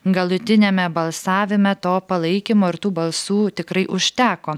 galutiniame balsavime to palaikymo ir tų balsų tikrai užteko